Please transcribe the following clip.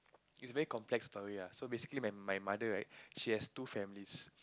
it's very complex story ah so basically my my mother right she has two families